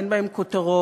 אין בהם כותרות,